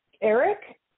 Eric